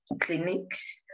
clinics